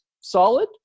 solid